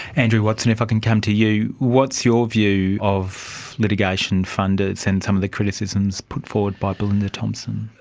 andrew watson, if i can come to you, what's your view of litigation funders and some of the criticisms put forward by belinda thompson?